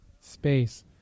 space